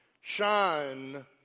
shine